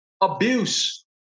Abuse